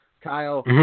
Kyle